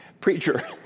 preacher